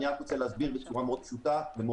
אני רק רוצה להסביר בצורה מאוד פשוטה ומאוד